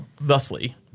thusly